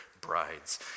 brides